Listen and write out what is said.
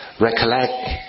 recollect